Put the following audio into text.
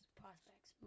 prospects